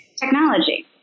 technology